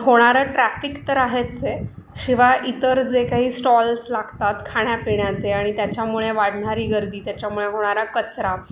होणारं ट्रॅफिक तर आहेचए शिवा इतर जे काही स्टॉल्स लागतात खाण्यापिण्याचे आणि त्याच्यामुळे वाढणारी गर्दी त्याच्यामुळे होणारा कचरा